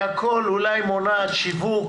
להכל ואולי מונעת שיווק,